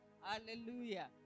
hallelujah